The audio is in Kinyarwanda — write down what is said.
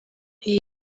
iyo